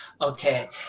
Okay